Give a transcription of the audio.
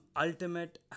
ultimate